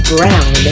Brown